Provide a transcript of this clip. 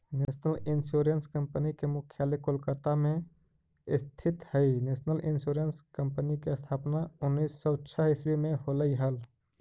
national insurance company के मुख्यालय कोलकाता में स्थित हइ नेशनल इंश्योरेंस कंपनी के स्थापना उन्नीस सौ छः ईसवी में होलई हल